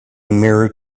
mirror